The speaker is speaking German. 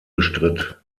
bestritt